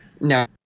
No